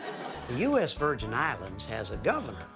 u s. virgin islands has a governor,